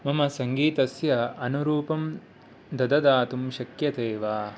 मम सङ्गीतस्य अनुरूपं दददातुं शक्यते वा